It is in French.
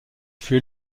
fut